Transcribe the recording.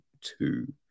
two